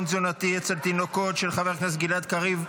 תזונתי אצל תינוקות של חבר הכנסת גלעד קריב.